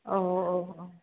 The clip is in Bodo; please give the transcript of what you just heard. औऔऔ